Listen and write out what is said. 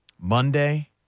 Monday